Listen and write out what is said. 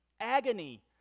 agony